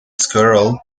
squirrel